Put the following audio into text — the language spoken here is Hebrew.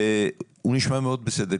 הוא נשמע מאוד בסדר.